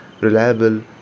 reliable